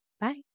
Bye